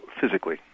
physically